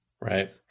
right